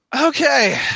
Okay